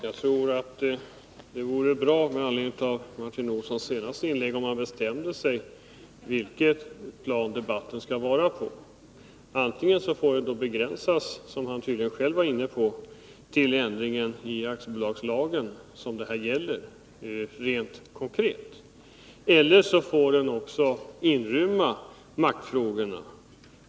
Herr talman! Med anledning av Martin Olssons senaste inlägg vill jag säga att det vore bra om han bestämde sig för vilket plan debatten skall föras på. Antingen får den begränsas — som han själv var inne på — till den ändring i aktiebolagslagen som det gäller rent konkret, eller också får den även inrymma maktfrågorna.